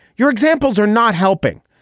your examples are not helping.